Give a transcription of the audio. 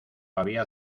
había